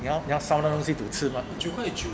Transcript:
你要你要 sao 那个东西 to 吃 mah